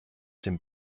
dem